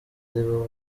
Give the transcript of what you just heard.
aribo